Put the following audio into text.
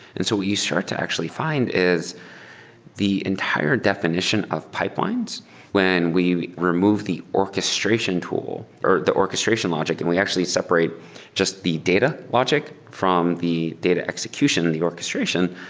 and so what you start to actually find is the entire definition of pipelines when we remove the orchestration tool or the orchestration logic and we actually separate just the data logic from the data execution or the orchestration,